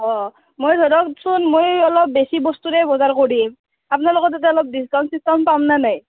অঁ মই ধৰকচোন মই অলপ বেছি বস্তুৰে বজাৰ কৰিম আপোনালোকৰ তাতে অলপ ডিছকাউণ্ট চিছকাউণ্ট পাম নে নাই